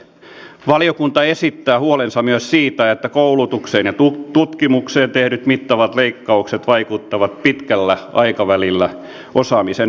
valiokunta esittää huolensa myös siitä että koulutukseen ja tutkimukseen tehdyt mittavat leikkaukset vaikuttavat pitkällä aikavälillä osaamisen tasoon